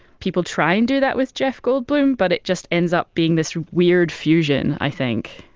people try and do that with jeff goldblum, but it just ends up being this weird fusion, i think.